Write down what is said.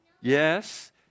Yes